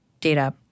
data